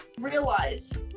realize